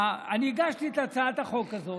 אני הגשתי את הצעת החוק הזאת,